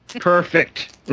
Perfect